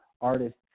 artist